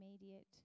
immediate